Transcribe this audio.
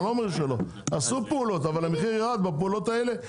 עשו פעולות אבל המחיר ירד בפעולות האלה,